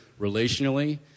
relationally